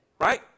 right